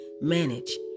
manage